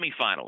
semifinals